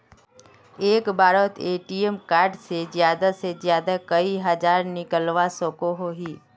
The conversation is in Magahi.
एक बारोत ए.टी.एम कार्ड से ज्यादा से ज्यादा कई हजार निकलवा सकोहो ही?